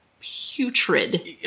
putrid